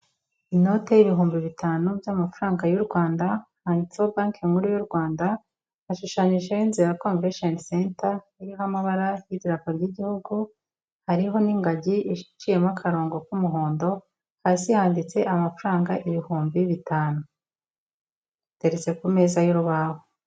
Inote y'ibihumbi bitanu by'amafaranga y'u Rwanda, handitseho bank nkuru y'u Rwanda, hashushanyijeho inzu ya convention centre iriho amabara y'idarapo ry'Igihugu. Hariho n'ingagi iciyemo akarongo k'umuhondo. Hasi handitse amafaranga ibihumbi bitanu. Ateretse ku meza y'urubaho.